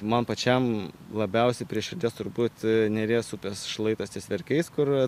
man pačiam labiausiai prie širdies turbūt neries upės šlaitas ties verkiais kur